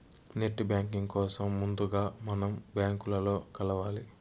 net banking కోసం ముందుగా మనం బ్యాంకులో కలవాలి